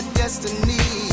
destiny